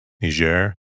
Niger